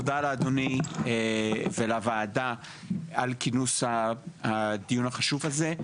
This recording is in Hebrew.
תודה לאדוני ולוועדה על כינוס הדיון החשוב הזה.